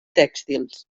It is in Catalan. tèxtils